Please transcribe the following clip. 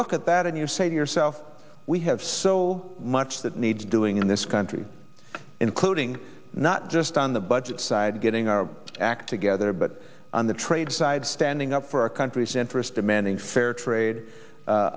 look at that and you say to yourself we have so much that needs doing in this country including not just on the budget side getting our act together but on the trade side standing up for our country's interest demanding fair trade